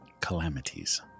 calamities